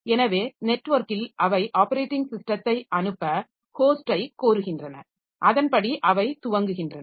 எனவே நெட்வொர்க்கில் அவை ஆப்பரேட்டிங் ஸிஸ்டத்தை அனுப்ப ஹோஸ்டை கோருகின்றன அதன்படி அவை துவங்குகின்றன